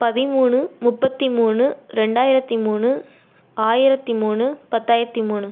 பதிமூணு முப்பத்திமூணு ரெண்டாயிரத்தி மூணு ஆயிரத்தி மூணு பத்தாயிரத்தி மூணு